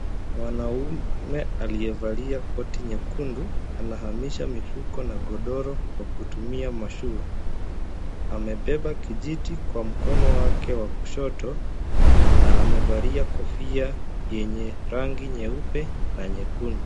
Mwanaume aliyevalia koti nyekundu anahamisha mifuko na godoro kwa kutumia mashuka. Amebeba kijiti kwa mkono wake wa kushoto na amevalia kofia yenye rangi nyeupe na nyekundu.